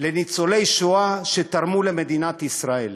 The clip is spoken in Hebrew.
לניצולי שואה שתרמו למדינת ישראל.